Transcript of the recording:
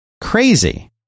crazy